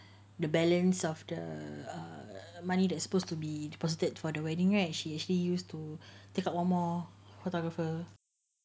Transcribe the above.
the balance of the money that supposed to be deposited for the wedding right she actually used to take out one more photographer